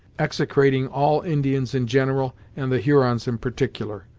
execrating all indians in general, and the hurons in particular,